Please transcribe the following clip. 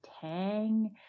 tang